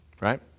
right